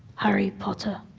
harry potter.